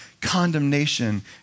condemnation